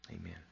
amen